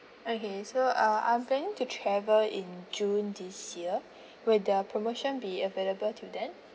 okay so uh I'm planning to travel in june this year will the promotion be available till then